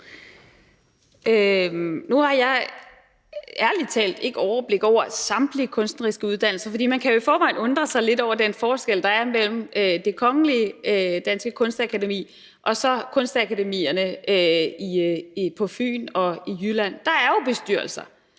Nu har jeg ærlig talt ikke overblik over samtlige kunstneriske uddannelser. For man kan jo i forvejen undre sig lidt over den forskel, der er mellem Det Kongelige Danske Kunstakademi og så kunstakademierne på Fyn og i Jylland. Der er der jo bestyrelser,